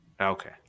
Okay